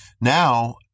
Now